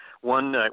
one